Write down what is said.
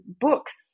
books